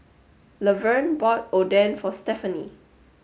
Laverne bought Oden for Stefani